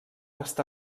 està